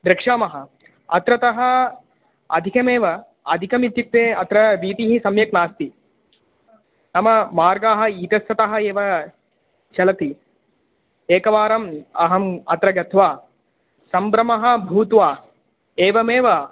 द्रक्ष्यामः अत्रतः अधिकमेव अधिकम् इत्युक्ते अत्र वीथिः सम्यक् नास्ति नाम मार्गाः इतस्ततः एव चलति एकवारम् अहम् अत्र गत्वा सम्भ्रमः भूत्वा एवमेव